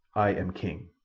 i am king.